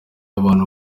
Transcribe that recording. abantu